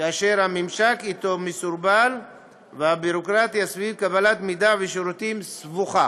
כאשר הממשק אתו מסורבל והביורוקרטיה סביב קבלת מידע ושירותים סבוכה.